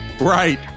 right